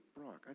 Brock